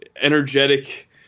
energetic